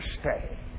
stay